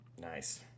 Nice